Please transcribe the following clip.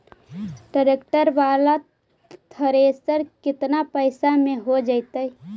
Tractor बाला thresher केतना पैसा में हो जैतै?